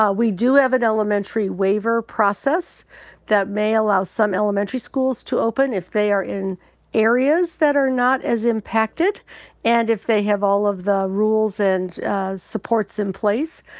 we do have an elementary waiver process that may allow some elementary schools to open if they are in areas that are not as impacted and if they have all of the rules and supports in place.